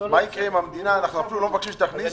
אנחנו אפילו לא מבקשים שהמדינה תכניס